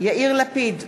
יאיר לפיד,